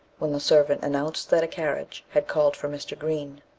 when the servant announced that a carriage had called for mr. green.